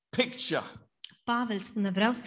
picture